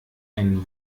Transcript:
ein